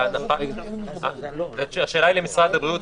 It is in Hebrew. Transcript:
האמת שהשאלה היא למשרד הבריאות,